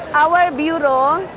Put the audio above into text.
our bureau,